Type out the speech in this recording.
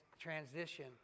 transition